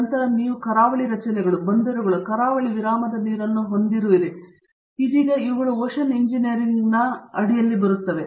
ನಂತರ ನೀವು ಕರಾವಳಿ ರಚನೆಗಳು ಬಂದರುಗಳು ಕರಾವಳಿ ವಿರಾಮದ ನೀರನ್ನು ಹೊಂದಿದ್ದೀರಿ ಇದೀಗ ಇವುಗಳು ಓಷನ್ ಎಂಜಿನಿಯರಿಂಗ್ನ ಅಂಬ್ರೆಲಾ ಅಡಿಯಲ್ಲಿವೆ